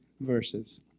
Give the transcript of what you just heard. verses